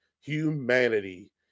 humanity